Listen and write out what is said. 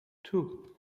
two